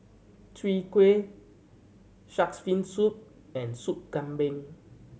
Chwee Kueh Shark's Fin Soup and Soup Kambing